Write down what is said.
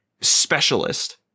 specialist